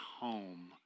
home